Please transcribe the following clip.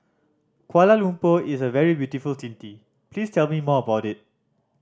Kuala Lumpur is a very beautiful city please tell me more about it